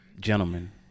gentlemen